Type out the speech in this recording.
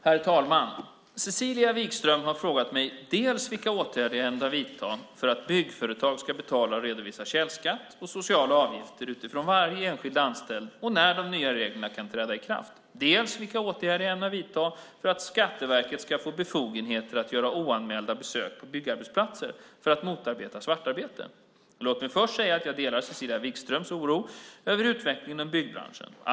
Herr talman! Cecilia Wigström i Göteborg har frågat mig dels vilka åtgärder jag ämnar vidta för att byggföretag ska betala och redovisa källskatt och sociala avgifter utifrån varje enskild anställd och när de nya reglerna kan träda i kraft, dels vilka åtgärder jag ämnar vidta för att Skatteverket ska få befogenhet att göra oanmälda besök på byggarbetsplatser för att motarbeta svartarbete. Låt mig först säga att jag delar Cecilia Wigströms oro över utvecklingen inom byggbranschen.